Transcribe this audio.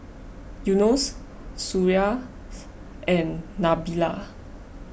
Yunos Suria and Nabila